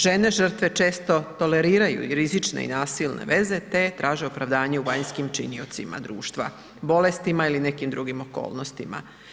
Žene žrtve često toleriraju rizične i nasilne veze te traže opravdanje u vanjskim činiocima društva, bolestima ili nekim drugim okolnostima.